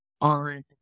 on